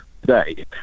today